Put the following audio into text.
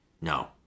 no